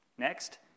Next